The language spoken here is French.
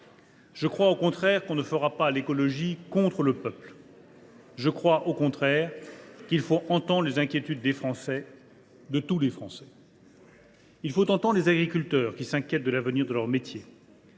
Je crois, au contraire, que l’on ne fera pas l’écologie contre le peuple. Je crois, au contraire, qu’il faut entendre les inquiétudes des Français – de tous les Français. « Il faut entendre les agriculteurs, qui s’inquiètent de l’avenir de leur métier.